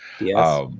Yes